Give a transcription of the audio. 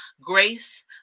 grace